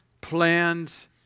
plans